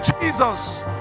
Jesus